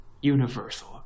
universal